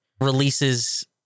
releases